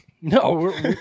No